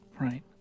right